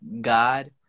God